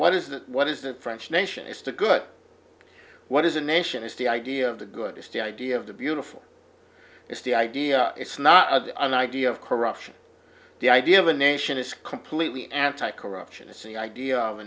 what is that what is the french nation is to good what is a nation is the idea of the good is the idea of the beautiful is the idea it's not an idea of corruption the idea of a nation is completely anti corruption it's the idea of a